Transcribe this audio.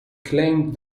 claimed